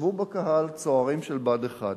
ישבו בקהל צוערים של בה"ד 1,